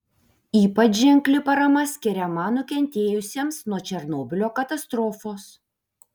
ypač ženkli parama skiriama nukentėjusiems nuo černobylio katastrofos